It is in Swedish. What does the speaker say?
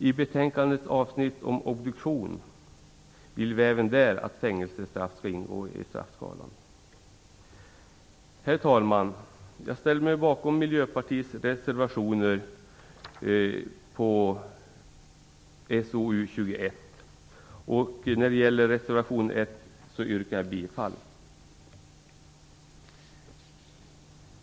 I betänkandets avsnitt om obduktioner vill vi också att fängelsestraff skall ingå i straffskalan. Herr talman! Jag ställer mig bakom Miljöpartiets reservationer i SoU21, och jag yrkar bifall till reservation 1.